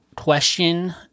question